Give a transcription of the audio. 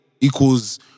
equals